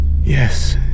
Yes